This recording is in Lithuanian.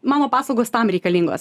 mano pastangos tam reikalingos